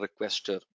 requester